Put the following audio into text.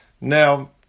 Now